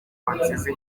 bansize